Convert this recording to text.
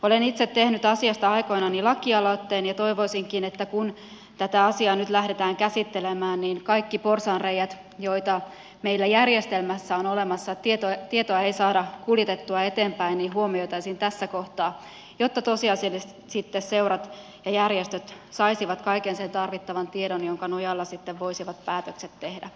olen itse tehnyt asiasta aikoinani lakialoitteen ja toivoisinkin että kun tätä asiaa nyt lähdetään käsittelemään niin kaikki porsaanreiät joita meillä järjestelmässä on olemassa että tietoa ei saada kuljetettua eteenpäin huomioitaisiin tässä kohtaa jotta seurat ja järjestöt tosiasiallisesti saisivat kaiken sen tarvittavan tiedon jonka nojalla sitten voisivat päätökset tehdä